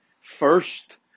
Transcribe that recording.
first